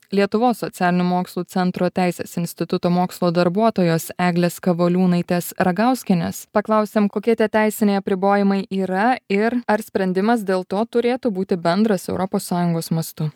lietuvos socialinių mokslų centro teisės instituto mokslo darbuotojos eglės kavoliūnaitės ragauskienės paklausėm kokie tie teisiniai apribojimai yra ir ar sprendimas dėl to turėtų būti bendras europos sąjungos mastu